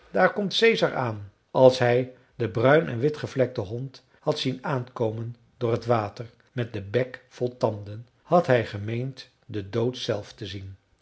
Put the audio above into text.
daar komt caesar aan als hij den bruin en wit gevlekten hond had zien aankomen door het water met den bek vol tanden had hij gemeend den dood zelf te zien